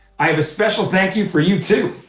i have a special thank you for you too.